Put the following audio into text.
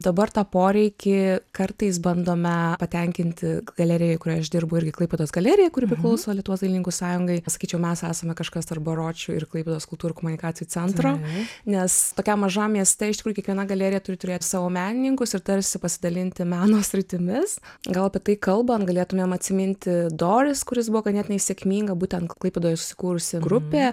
dabar tą poreikį kartais bandome patenkinti galerijoje kurioje aš dirbu irgi klaipėdos galerija kuri priklauso lietuvos dailininkų sąjungai sakyčiau mes esame kažkas tarp baročio ir klaipėdos kultūrų komunikacijų centro nes tokiam mažam mieste iš tikrųjų kiekviena galerija turi turėti savo menininkus ir tarsi pasidalinti meno sritimis gal apie tai kalbant galėtumėm atsiminti doilis kuris buvo ganėtinai sėkminga būtent klaipėdoj susikūrusi grupė